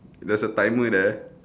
there's a timer there